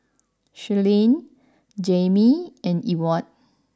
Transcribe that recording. Shirleyann Jaimie and Ewart